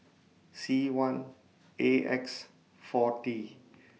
C one A X four T